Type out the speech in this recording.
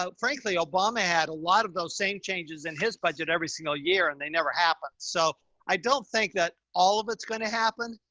ah frankly obama had a lot of those same changes in his budget every single year and they never happened. so i don't think that all of it's going to happen,